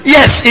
Yes